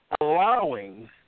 allowing